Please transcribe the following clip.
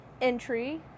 entry